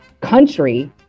country